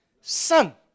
son